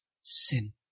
sin